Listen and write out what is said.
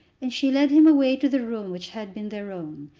and she led him away to the room which had been their own,